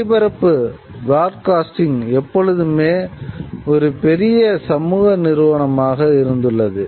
ஒளிபரப்பு எப்போதுமே ஒரு பெரிய சமூக நிறுவனமாக இருந்துள்ளது